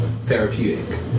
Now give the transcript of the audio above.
therapeutic